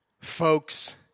folks